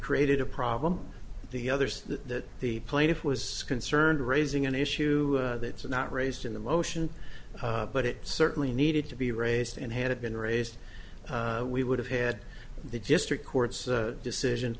created a problem the others that the plaintiff was concerned raising an issue that's not raised in the motion but it certainly needed to be raised and had it been raised we would have had the district court's decision